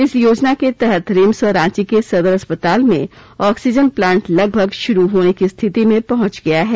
इस योजना के तहत रिम्स और रांची के सदर अस्पताल में ऑक्सीजन प्लांट लगभग शुरू होने की स्थिति में पहुंच गया है